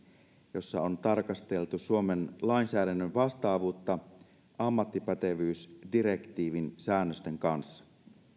jossa on tarkasteltu suomen lainsäädännön vastaavuutta ammattipätevyysdirektiivin säännösten kanssa